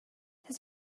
his